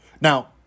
Now